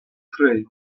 tray